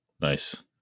nice